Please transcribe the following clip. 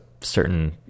certain